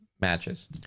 matches